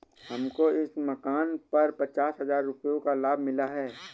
हमको इस मकान पर पचास हजार रुपयों का लाभ मिला है